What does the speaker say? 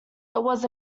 was